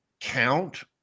count